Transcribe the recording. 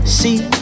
see